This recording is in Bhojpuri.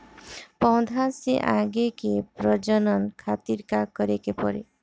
पौधा से आगे के प्रजनन खातिर का करे के पड़ी?